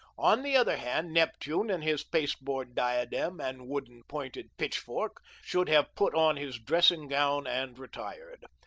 on the other hand, neptune and his pasteboard diadem and wooden-pointed pitchfork, should have put on his dressing-gown and retired.